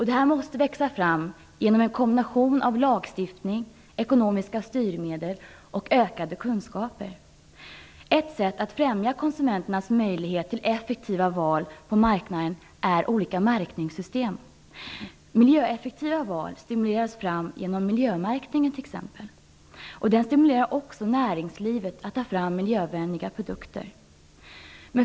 Den måste växa fram genom en kombination av lagstiftning, ekonomiska styrmedel och ökade kunskaper. Ett sätt att främja konsumenternas möjlighet till effektiva val på marknaden är olika märkningssystem. Miljöeffektiva val stimuleras fram genom miljömärkningen. Den stimulerar också näringslivet att ta fram miljövänliga produkter.